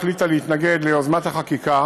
החליטה להתנגד ליוזמות חקיקה